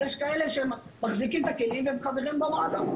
יש כאלה שמחזיקים את הכלים והם חברים במועדון,